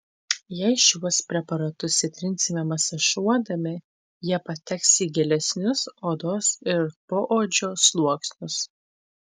jei šiuos preparatus įtrinsime masažuodami jie pateks į gilesnius odos ir poodžio sluoksnius